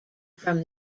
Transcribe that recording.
from